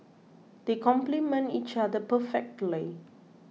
they complement each other perfectly